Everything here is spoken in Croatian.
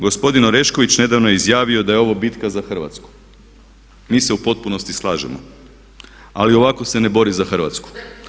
Gospodin Orešković nedavno je izjavio da je ovo bitka za Hrvatsku, mi se u potpunosti slažemo, ali ovako se ne bori za Hrvatsku.